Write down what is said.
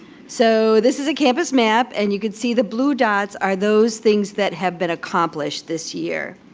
so this is a campus map and you can see the blue dots are those things that have been accomplished this year.